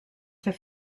fer